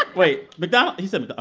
ah wait. mcdonald's? he said